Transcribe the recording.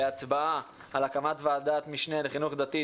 בהצבעה על הקמת ועדת משנה לחינוך דתי,